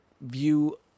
view